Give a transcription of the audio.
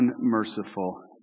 Unmerciful